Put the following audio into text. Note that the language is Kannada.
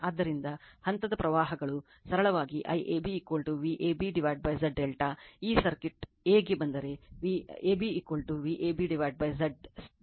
ಆದ್ದರಿಂದ ಹಂತದ ಪ್ರವಾಹಗಳು ಸರಳವಾಗಿ IAB VabZ ∆ ಈ ಸರ್ಕ್ಯೂಟ್ A ಗೆ ಬಂದರೆ AB Vab Z ∆ ಬಂದರೆ